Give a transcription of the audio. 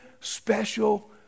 special